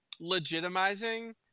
legitimizing